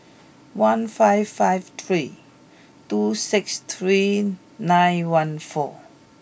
one five five three two six three nine one four